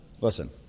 listen